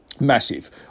Massive